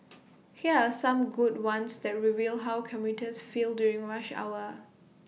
here are some good ones that reveal how commuters feel during rush hour